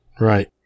Right